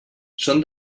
són